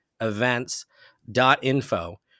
Events.info